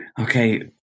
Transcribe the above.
Okay